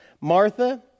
Martha